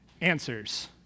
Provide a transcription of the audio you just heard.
answers